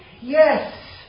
Yes